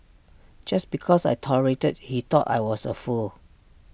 just because I tolerated he thought I was A fool